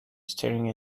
staring